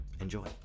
Enjoy